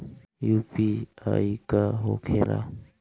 UPI का होखेला?